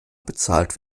bezahlt